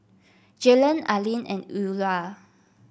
Jalon Aleen and Eulah